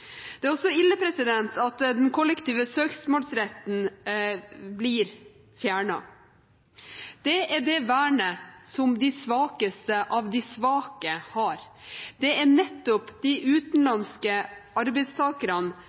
Det er også ille at den kollektive søksmålsretten blir fjernet. Det er det vernet som de svakeste av de svake har. Det er nettopp de utenlandske arbeidstakerne